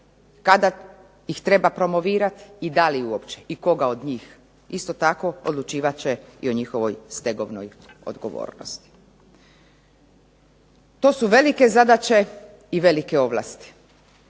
kada ih treba promovirati i da li uopće i koga od njih, isto tako odlučivat će i o njihovoj stegovnoj odgovornosti. To su velike zadaće i velike ovlasti.